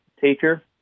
teacher